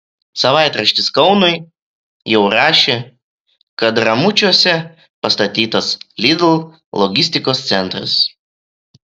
savaitraštis kaunui jau rašė kad ramučiuose pastatytas lidl logistikos centras